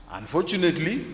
Unfortunately